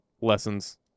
lessons